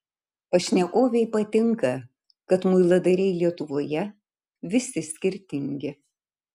pašnekovei patinka kad muiladariai lietuvoje visi skirtingi